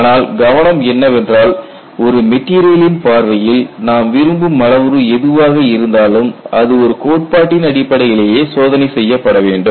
ஆனால் கவனம் என்னவென்றால் ஒரு மெட்டீரியலின் பார்வையில் நாம் விரும்பும் அளவுரு எதுவாக இருந்தாலும் அது ஒரு கோட்பாட்டின் அடிப்படையிலேயே சோதனை செய்யப்பட வேண்டும்